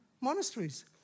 Monasteries